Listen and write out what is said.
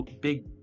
big